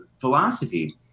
philosophy